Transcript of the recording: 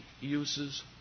uses